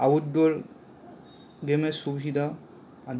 outdoor গেমের সুবিধা আন